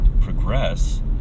progress